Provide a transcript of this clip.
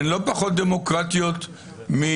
הן לא פחות דמוקרטיות ממדינתנו,